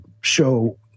show